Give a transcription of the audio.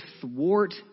thwart